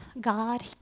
God